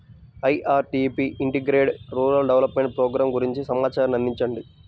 IRDP integrated rural development programme గురించి సమాచారాన్ని అందించండి?